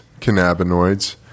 cannabinoids